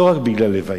לא רק בגלל הלוויה.